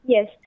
Yes